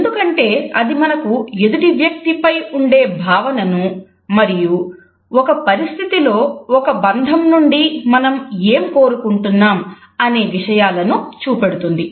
ఎందుకంటే అది మనకు ఎదుటి వ్యక్తిపై ఉండే భావనను మరియు ఒక పరిస్థితిలో ఒక బంధం నుండి మనం ఏం కోరుకుంటున్నాం అనే విషయాలను చూపెడుతుంది